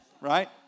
Right